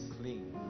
Clean